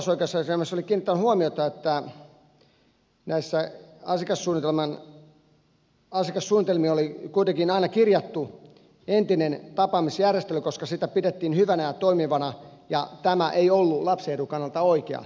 tässä apulaisoikeusasiamies oli kiinnittänyt huomiota siihen että asiakassuunnitelmiin oli kuitenkin aina kirjattu entinen tapaamisjärjestely koska sitä pidettiin hyvänä ja toimivana ja tämä ei ollut lapsen edun kannalta oikea menettelytapa